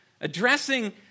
Addressing